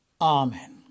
Amen